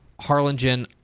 Harlingen